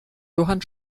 johann